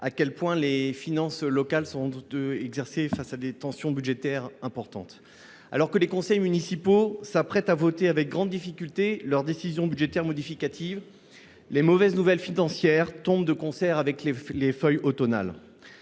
à quel point les finances locales étaient soumises à de fortes tensions budgétaires. Alors que les conseils municipaux s’apprêtent à voter avec grande difficulté leurs décisions budgétaires modificatives, les mauvaises nouvelles financières tombent de concert avec les feuilles automnales.